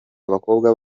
abakobwa